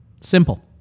Simple